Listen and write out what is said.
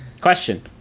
Question